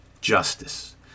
justice